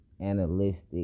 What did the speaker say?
analytic